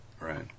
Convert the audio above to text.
Right